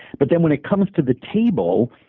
but then when it comes to the table,